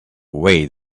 away